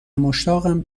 مشتاقم